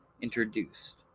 introduced